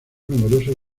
numerosos